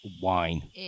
Wine